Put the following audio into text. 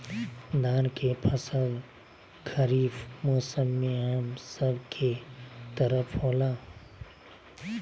धान के फसल खरीफ मौसम में हम सब के तरफ होला